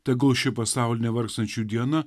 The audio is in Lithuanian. tegul ši pasaulinė vargstančiųjų diena